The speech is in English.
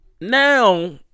Now